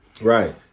Right